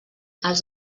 els